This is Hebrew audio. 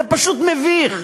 זה פשוט מביך.